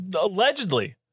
allegedly